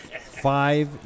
Five